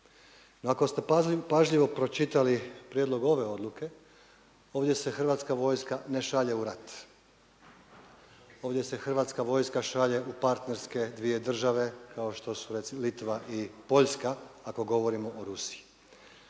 Ako ste pažljivo pročitali prijedlog ove odluke ovdje se Hrvatska vojska ne šalje u rat, ovdje se Hrvatska vojska šalje u partnerske dvije države, kao što su Litva i Poljska, ako govorimo o Rusiji,